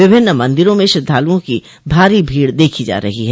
विभिन्न मंदिरों में श्रद्वालुओं की भारी भीड़ देखी जा रही है